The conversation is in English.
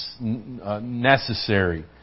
necessary